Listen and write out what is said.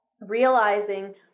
realizing